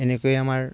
এনেকৈয়ে আমাৰ